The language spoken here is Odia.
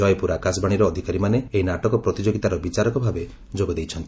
ଜୟପୁର ଆକାଶବାଶୀର ଅଧିକାରୀମାନେ ଏହି ନାଟକ ପ୍ରତିଯୋଗିତାର ବିଚାରକ ଭାବେ ଯୋଗ ଦେଇଛନ୍ତି